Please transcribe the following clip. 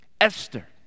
Esther